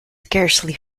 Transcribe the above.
scarcely